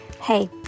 Hey